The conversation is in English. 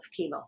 chemo